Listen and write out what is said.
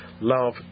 love